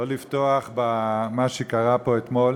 לא לפתוח במה שקרה פה אתמול.